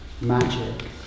Magic